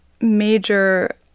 major